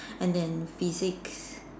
and then Physics